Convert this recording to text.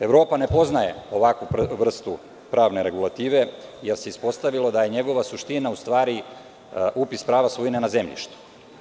Evropa ne poznaje ovakvu vrstu pravne regulative, jer se ispostavilo da je njegova suština u stvari upis prava svojine na zemljištu.